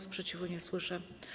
Sprzeciwu nie słyszę.